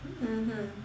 mmhmm